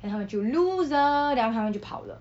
then 他们就 loser then after that 他们就跑了